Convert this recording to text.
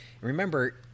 Remember